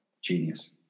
genius